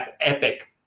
epic